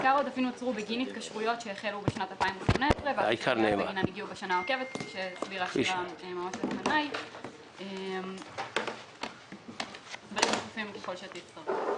עיקר העודפים נוצר בגין התקשרויות שהחלו בשנת 2018. תודה.